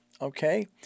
okay